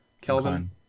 Kelvin